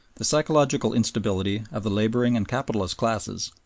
the psychological instability of the laboring and capitalist classes,